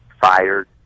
fired